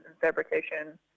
fabrication